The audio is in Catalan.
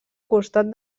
costat